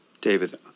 David